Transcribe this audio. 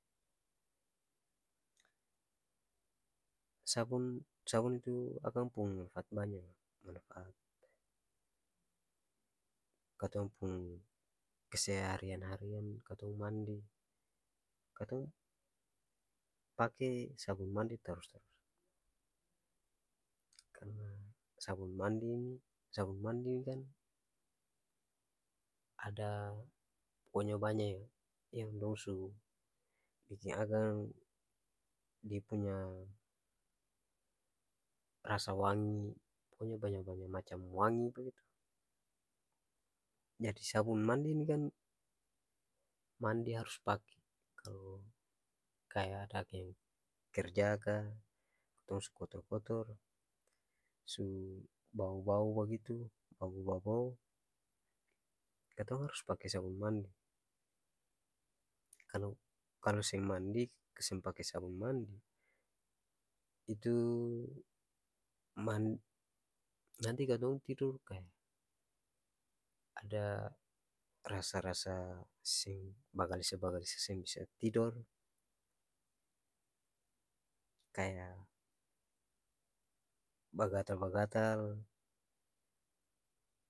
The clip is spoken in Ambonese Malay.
sabun sabun-itu akang pung manfat banya manfaat katong pung keseharian harian katong mandi katong pake sabun mandi taru-tarus karna sabun mandi ni sabun mandi ni kan ada poko nya banya yang yang-dong su biking akang dia punya rasa wangi poko nya banya-banya macam wangi begitu jadi sabun mandi ni kan mandi harus pake kalo kaya kerja ka katong su kotor-kotor su bau bau begitu bau bo-bou katong harus pake sabun mandi kalo kalo seng mandi seng pake sabun mandi itu man nanti katong tidur kaya ada rasa-rasa bagalisa-bagalisa seng bisa tidor kaya bagatal-bagatal